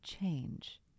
Change